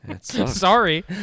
Sorry